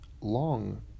long